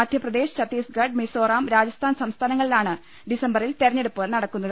Madhya Pradesh Chhattisgarh Mizoram Rajasthan സംസ്ഥാനങ്ങളിലാണ് ഡിസംബറിൽ തെരഞ്ഞെടുപ്പ് നട ക്കുന്നത്